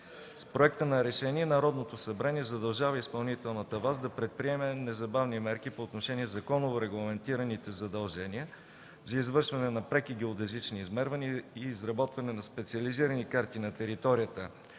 С проекта на решение Народното събрание задължава изпълнителната власт да предприеме незабавни мерки по отношение законово регламентираните задължения за извършване на преки геодезични измервания и изработване на специализирани карти на територията